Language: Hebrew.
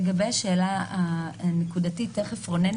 דבר שיגדיל את הנגישות לשירותי תשלום.